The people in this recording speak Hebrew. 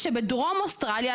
שבדרום אוסטרליה,